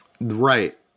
Right